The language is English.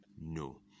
no